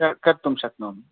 क कर्तुं शक्नोमि